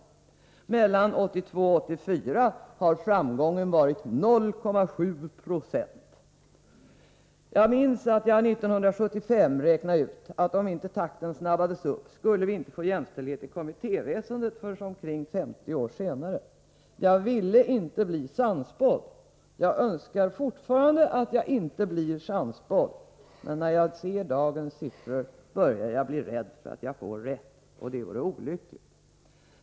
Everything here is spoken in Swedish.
Mellan åren 1982 och 1984 har framgången varit 0,7 70. Jag minns att jag 1975 räknade ut att om inte takten snabbades upp, skulle vi inte få jämställdhet inom kommittéväsendet förrän ca 50 år senare. Jag ville inte bli sannspådd. Jag önskar fortfarande att jag inte blir sannspådd, men när jag ser dagens siffror börjar jag bli rädd för att jag får rätt. Det vore olyckligt.